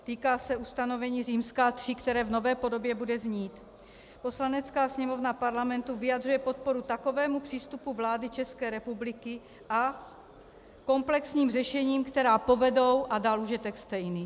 Týká se ustanovení římská III, které v nové podobě bude znít: Poslanecká sněmovna Parlamentu vyjadřuje podporu takovému přístupu vlády České republiky a komplexním řešením, která povedou a dál už je text stejný.